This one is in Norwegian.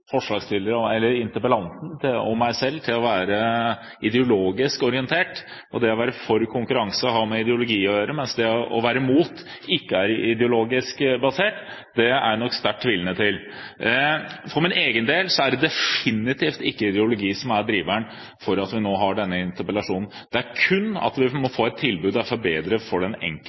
interpellanten, meg, for å være ideologisk orientert, og at det å være for konkurranse har med ideologi å gjøre, mens det å være imot ikke er ideologisk basert. Det er jeg nok sterkt tvilende til. For min egen del er det definitivt ikke ideologi som er driveren for at vi nå har denne interpellasjonen; det er kun det at vi må få et tilbud som er bedre for den enkelte